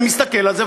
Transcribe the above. אני מסתכל על זה,